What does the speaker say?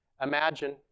Imagine